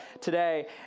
today